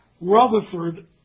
Rutherford